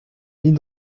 mis